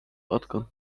odkąd